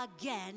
again